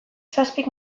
zazpik